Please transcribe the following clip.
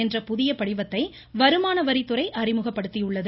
என்ற புதிய படிவத்தை வருமான வரித்துறை அறிமுகப்படுத்தி உள்ளது